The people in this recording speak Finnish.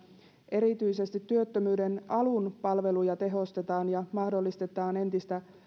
erityisesti työttömyyden alun palveluja tehostetaan ja mahdollistetaan entistä